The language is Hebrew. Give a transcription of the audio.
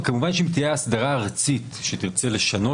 וכמובן שאם תהיה אסדרה ארצית שתרצה לשנות